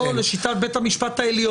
לא, לשיטת בית המשפט העליון.